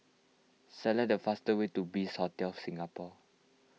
select the fast way to Bliss Hotel Singapore